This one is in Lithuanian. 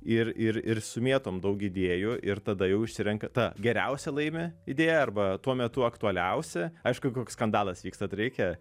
ir ir ir sumėtom daug idėjų ir tada jau išsirenka ta geriausia laimi idėja arba tuo metu aktualiausia aišku koks skandalas vyksta tai reikia